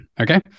okay